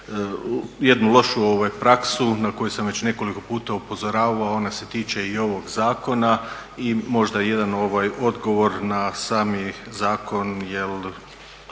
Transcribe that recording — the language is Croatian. jednu lošu praksu na koju sam već nekoliko puta upozoravao a ona se tiče i ovog zakona i možda jedan odgovor na sami zakon jer